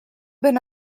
been